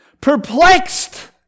Perplexed